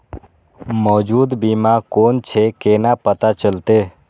मौजूद बीमा कोन छे केना पता चलते?